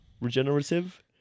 regenerative